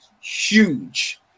huge